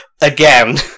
again